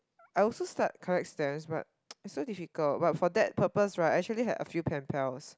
I also start collect stamps but it's so difficult but for that purpose right I actually have some pen pals